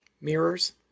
mirrors